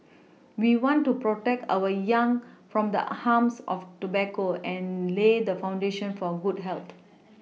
we want to protect our young from the harms of tobacco and lay the foundation for good health